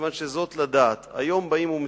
מכיוון שזאת לדעת, היום באים ומציעים,